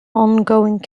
ongoing